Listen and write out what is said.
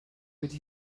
wedi